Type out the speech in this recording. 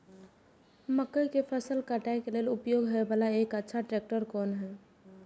मक्का के फसल काटय के लिए उपयोग होय वाला एक अच्छा ट्रैक्टर कोन हय?